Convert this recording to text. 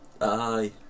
Aye